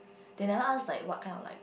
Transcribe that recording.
they never ask like what kind of like